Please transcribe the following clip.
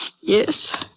Yes